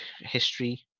history